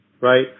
right